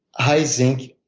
high zinc,